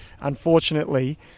unfortunately